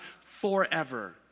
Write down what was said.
forever